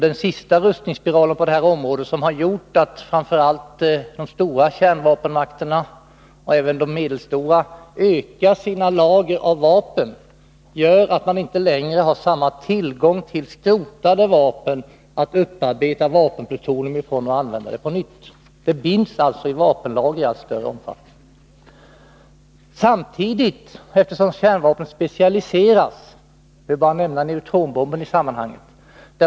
Den senaste rustningsspiralen på det här området, som har gjort att framför allt de stora kärnvapenmakterna men även de medelstora ökar sina lager av vapen, gör att man inte längre har samma tillgång till skrotade vapen att upparbeta vapenplutonium från och = Nr 105 använda det på nytt. Detta binds alltså i vapenlager i allt större omfattning. Samtidigt specialiseras kärnvapnen; jag kan bara nämna neutronbomben i sammanhanget.